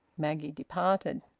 maggie departed.